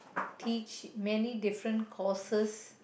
teach many different courses